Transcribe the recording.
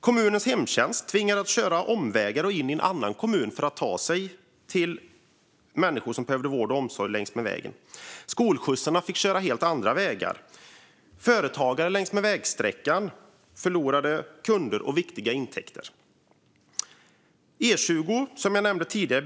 Kommunens hemtjänst tvingades köra omvägar och in i en annan kommun för att ta sig till människor som behövde vård och omsorg längs med vägen. Skolskjutsarna fick köra helt andra vägar. Företagare längs med vägsträckan förlorade kunder och viktiga intäkter. Också E20 byggs om, som jag nämnde tidigare.